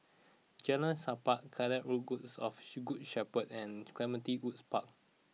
Jalan Sappan of Shepherd and Clementi Woods Park